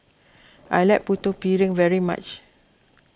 I like Putu Piring very much